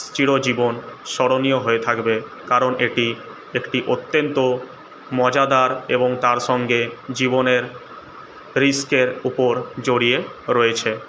চিরজীবন স্মরণীয় হয়ে থাকবে কারণ এটি একটি অত্যন্ত মজাদার এবং তার সঙ্গে জীবনের রিস্কের উপর জড়িয়ে রয়েছে